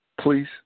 please